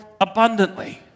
abundantly